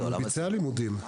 הוא ביצע לימודים.